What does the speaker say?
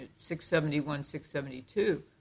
671-672